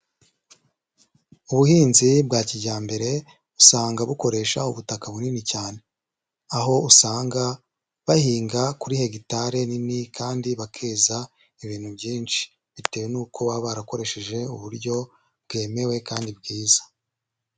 Ubuhinzi bwa kijyambere usanga bukoresha ubutaka bunini cyane, aho usanga bahinga kuri hegitari nini kandi bakeza ibintu byinshi bitewe n'uko baba barakoresheje uburyo bwemewe kandi bwiza.